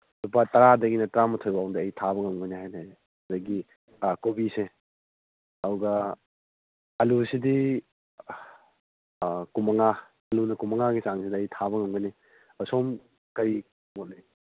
ꯂꯨꯄꯥ ꯇꯔꯥꯗꯒꯤꯅ ꯇꯔꯥ ꯃꯥꯊꯣꯏꯕꯨꯛꯇ ꯑꯩ ꯊꯥꯕ ꯉꯝꯒꯅꯤ ꯍꯥꯏꯖꯔꯤ ꯑꯗꯨꯒ ꯀꯣꯕꯤꯁꯦ ꯑꯗꯨꯒ ꯑꯥꯜꯂꯨꯁꯤꯗꯤ ꯀꯨꯟꯃꯉꯥ ꯑꯥꯜꯂꯨꯅ ꯀꯨꯟꯃꯉꯥꯒꯤ ꯆꯥꯡꯁꯤꯗ ꯑꯩ ꯊꯥꯕ ꯉꯝꯒꯅꯤ ꯑ ꯁꯣꯝ ꯀꯔꯤ ꯃꯣꯠ ꯂꯩ